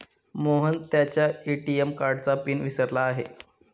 मोहन त्याच्या ए.टी.एम कार्डचा पिन विसरला आहे